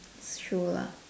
true lah